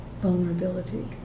vulnerability